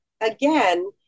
again